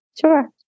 Sure